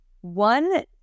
One